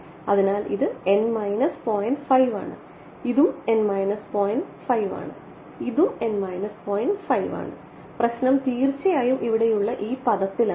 അതിനാൽ ഇത് ആണ് ഇതും ആണ് ഇതും ആണ് പ്രശ്നം തീർച്ചയായും ഇവിടെയുള്ള ഈ പദത്തിൽ ആണ്